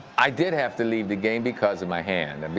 i did have to leave the game because of my hand. i mean